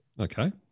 Okay